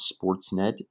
Sportsnet